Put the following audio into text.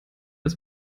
als